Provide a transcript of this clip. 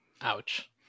Ouch